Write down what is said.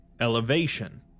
elevation